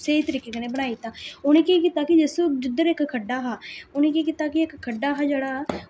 स्हेई करीके कन्नै बनाई दित्ता उ'नें केह् कीता कि जिस जिद्धर इक खड्डा हा उ'नें केह् कीता कि इक खड्डा हा जेह्ड़ा